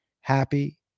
happy